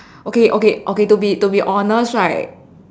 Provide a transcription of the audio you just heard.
okay okay okay okay to be to be honest right